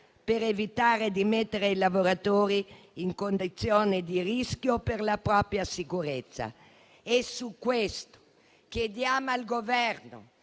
per evitare di mettere i lavoratori in condizioni di rischio per la propria sicurezza. Chiediamo al Governo